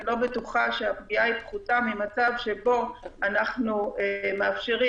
אני לא בטוחה שהפגיעה פחותה ממצב שבו אנחנו מאפשרים,